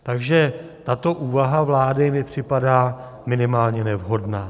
Takže tato úvaha vlády mi připadá minimálně nevhodná.